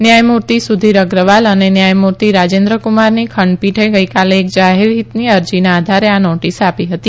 ન્યાયમૂર્તિ સુધીર અગ્રવાલ અને ન્યાયમૂર્તિ રાજેન્દ્રક્રમારની ખંડપીઠે ગઇકાલે એક જાહેરહિતની અરજીના આધારે આ નોટિસ આપી હતી